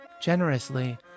Generously